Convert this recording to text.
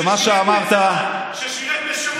אני רק אגיד לך שאזרח ערבי ששירת בצה"ל,